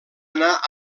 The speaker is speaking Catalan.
anar